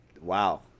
wow